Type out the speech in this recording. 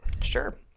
sure